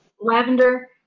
lavender